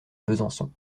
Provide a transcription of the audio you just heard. besançon